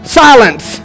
silence